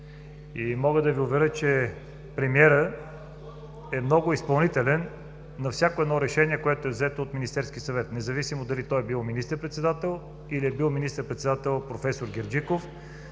Мога да Ви уверя, че премиерът е много изпълнителен относно всяко решение, което е взето от Министерския съвет, независимо дали е бил министър-председател или министър-председател е бил проф. Герджиков